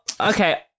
Okay